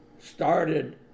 started